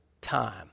time